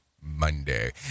Monday